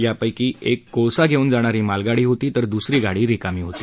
यापैकी एक कोळसा घेऊन जाणारी मालगाडी होती तर दुसरी गाडी रिकामी होती